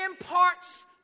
imparts